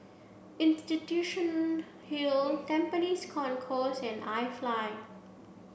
Institution Hill Tampines Concourse and iFly